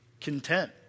content